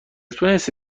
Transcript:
تونستی